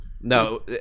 No